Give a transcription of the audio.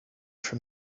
for